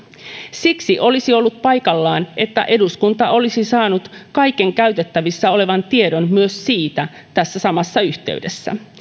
siksi olisi ollut paikallaan että eduskunta olisi saanut kaiken käytettävissä olevan tiedon myös siitä tässä samassa yhteydessä